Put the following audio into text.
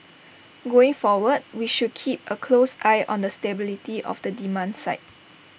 going forward we should keep A close eye on the stability of the demand side